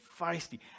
feisty